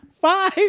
five